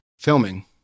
filming